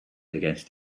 against